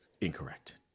incorrect